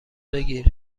بگیر